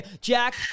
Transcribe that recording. Jack